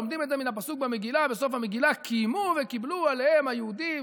לומדים את זה מהפסוק בסוף המגילה: קיימו וקיבלו עליהם היהודים,